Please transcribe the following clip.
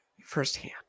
firsthand